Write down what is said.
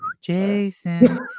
jason